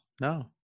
No